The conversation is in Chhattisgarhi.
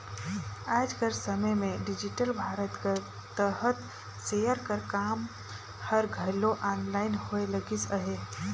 आएज कर समे में डिजिटल भारत कर तहत सेयर कर काम हर घलो आनलाईन होए लगिस अहे